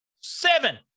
Seven